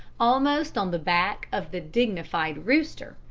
almost on the back of the dignified rooster,